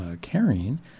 carrying